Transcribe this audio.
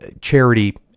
charity